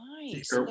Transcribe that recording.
nice